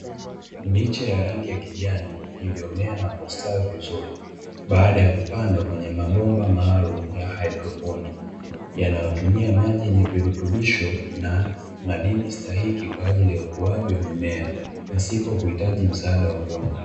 Miche ya rangi ya kijani iliyomea na kustawi vizuri, baada ya kupandwa kwenye mabomba maalumu ya hydroponiki yanayotumia maji yenye virutubisho na madini stahiki kwajili ya ukuwaji wa mimea pasipo kujitaji msaada wa udongo.